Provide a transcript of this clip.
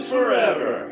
Forever